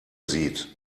sieht